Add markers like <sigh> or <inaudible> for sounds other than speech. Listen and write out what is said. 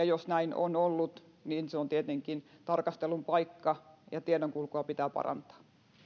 <unintelligible> jos näin on ollut niin se on tietenkin tarkastelun paikka ja tiedonkulkua pitää parantaa